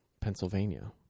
Pennsylvania